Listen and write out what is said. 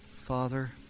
Father